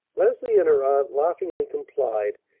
leslie and her aunt laughingly complied,